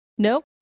Nope